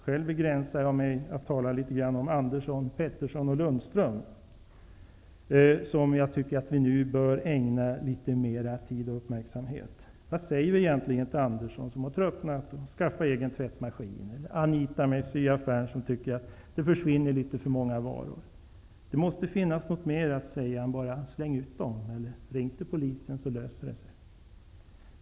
Själv begränsar jag mig till att tala litet grand om Andersson, Pettersson och Lundström, vilka jag tycker att vi nu bör ägna litet mer tid och uppmärksamhet. Vad säger vi egentligen till Andersson som har tröttnat och skaffat egen tvättmaskin eller till Anita med syaffären som tycker att det försvinner litet för många varor? Det måste finnas något mer att säga än ''släng ut dom'' eller ''ring till polisen så löser det sig''.